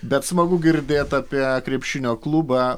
bet smagu girdėt apie krepšinio klubą